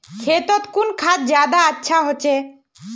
खेतोत कुन खाद ज्यादा अच्छा होचे?